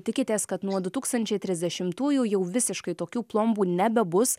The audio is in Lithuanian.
tikitės kad nuo du tūkstančiai trisdešimtųjų jau visiškai tokių plombų nebebus